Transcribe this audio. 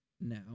now